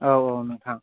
औ औ नोंथां